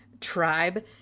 tribe